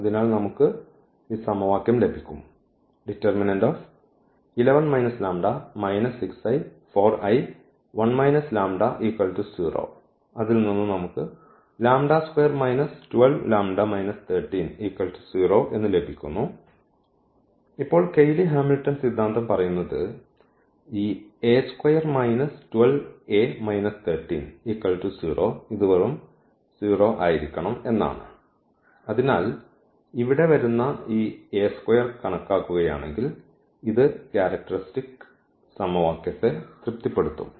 അതിനാൽ നമുക്ക് ഈ സമവാക്യം ലഭിക്കും ഇപ്പോൾ കെയ്ലി ഹാമിൽട്ടൺ സിദ്ധാന്തം പറയുന്നത് ഈ ഇത് വെറും 0 ആയിരിക്കണം എന്നാണ് അതിനാൽ ഇവിടെ വരുന്ന ഈ കണക്കാക്കുകയാണെങ്കിൽ ഇത് ക്യാരക്ടർറസ്റ്റ് സമവാക്യത്തെ തൃപ്തിപ്പെടുത്തും